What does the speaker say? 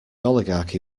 oligarchy